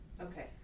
Okay